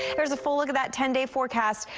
there's a full look at that ten day forecast.